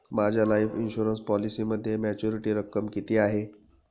माझ्या life insurance पॉलिसीमध्ये maturity रक्कम किती आहे?